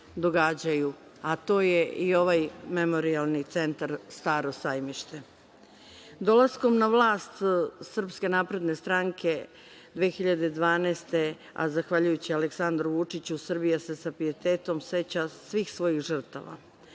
događaju, a to je i ovaj Memorijalni centar „Staro Sajmište“.Dolaskom na vlast SNS 2012. godine, a zahvaljujući Aleksandru Vučiću Srbija se sa pijetetom seća svih svojih žrtava.